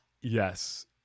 Yes